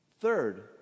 Third